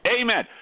Amen